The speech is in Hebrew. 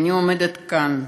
אני עומדת כאן